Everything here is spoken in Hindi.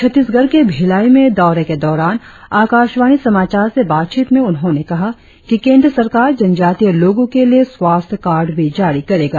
छत्तीसगढ़ के भिलाई में दौरे के दौरान आकाशवाणी समाचार से बातचीत में उन्होने कहा कि केंद्र सरकार जनजातीय लोगो के लिए स्वास्थ्य कार्ड भी जारी करेगा